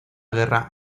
guerra